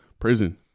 prison